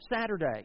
Saturday